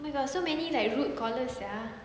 oh my god so many like rude callers sia